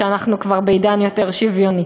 כשאנחנו בעידן יותר שוויוני.